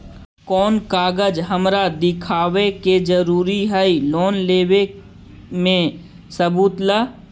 कौन कागज हमरा दिखावे के जरूरी हई लोन लेवे में सबूत ला?